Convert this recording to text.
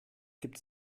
gibt